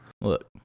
Look